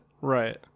Right